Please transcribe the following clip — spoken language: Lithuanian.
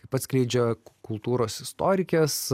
kaip atskleidžia kultūros istorikės